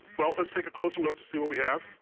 well, let's take a closer look to see what we have.